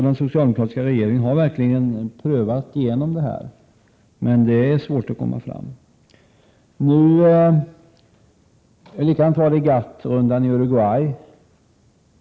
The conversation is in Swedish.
Den socialdemokratiska regeringen har alltså prövat den vägen, men det är svårt att komma fram. Det var likadant med Uruguayrundan inom GATT.